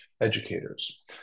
educators